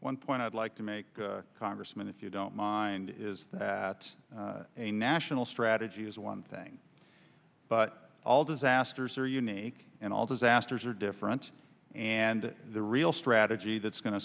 one point i'd like to make congressman if you don't mind is that a national strat she is one thing but all disasters are unique and all disasters are different and the real strategy that's going to